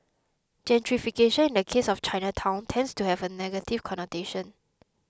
gentrification in the case of Chinatown tends to have a negative connotation